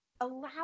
allow